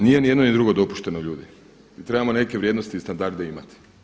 Nije ni jedno, ni drugo dopušteno ljudi i trebamo neke vrijednosti i standarde imati.